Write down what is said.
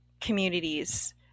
communities